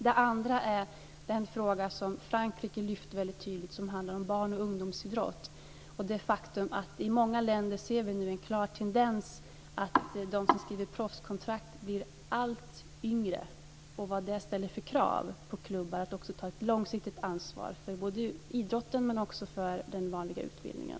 Det andra är den fråga som Frankrike lyfte fram väldigt tydligt och som handlar om barn och ungdomsidrott och det faktum att vi i många länder nu ser en klar tendens att de som skriver proffskontrakt blir allt yngre. Det handlar om vilka krav det ställer på klubbar att ta ett långsiktigt ansvar för både idrotten och den vanliga utbildningen.